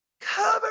cover